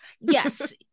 yes